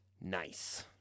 Nice